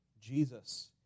Jesus